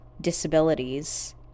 disabilities